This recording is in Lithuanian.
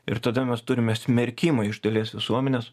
ir tada mes turime smerkimą iš dalies visuomenės